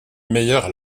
meilleurs